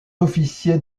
officier